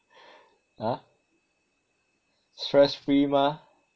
ah stress free mah